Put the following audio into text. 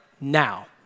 now